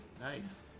Nice